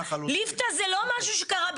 ליפתא זה לא משהו שקרה בחו"ל.